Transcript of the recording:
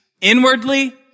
inwardly